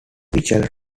michael